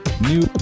New